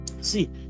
see